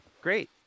Great